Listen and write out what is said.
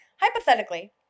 Hypothetically